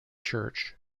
church